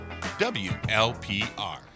WLPR